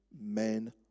men